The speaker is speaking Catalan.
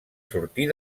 sortir